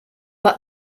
but